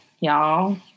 y'all